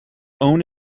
own